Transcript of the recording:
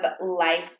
life